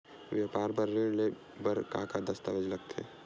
व्यापार बर ऋण ले बर का का दस्तावेज लगथे?